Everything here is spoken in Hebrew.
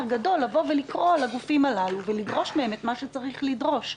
גדול לקרוא לגופים הללו ולדרוש מהם את מה שצריך לדרוש.